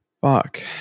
fuck